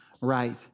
right